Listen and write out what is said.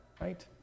right